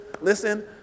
listen